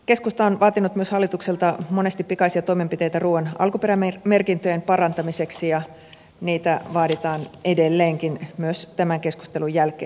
keskusta on myös vaatinut hallitukselta monesti pikaisia toimenpiteitä ruuan alkuperämerkintöjen parantamiseksi ja niitä vaaditaan edelleenkin myös tämän keskustelun jälkeen